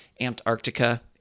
Antarctica